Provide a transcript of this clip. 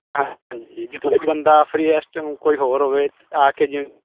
ਹਾਂਜੀ ਜੇ ਤੁਹਾਡਾ ਇੱਕ ਬੰਦਾ ਫ੍ਰੀ ਇਸ ਟੈਮ ਕੋਈ ਹੋਰ ਹੋਵੇ ਆ ਕੇ ਜਿਵੇਂ